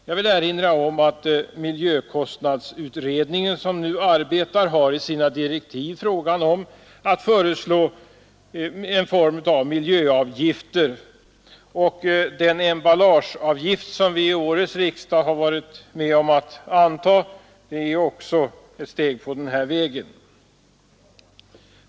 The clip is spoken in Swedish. Jag vill erinra om att miljökostnadsutredningen som nu arbetar enligt sina direktiv har att föreslå en form av miljöavgifter. Den emballageavgift som årets riksdag har antagit är också ett steg på den vägen.